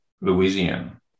Louisiana